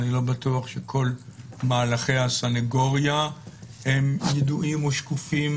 אני לא בטוח שכל מהלכי הסנגוריה הם ידועים ושקופים